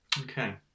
Okay